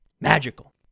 Magical